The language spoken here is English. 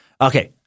Okay